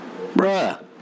Bruh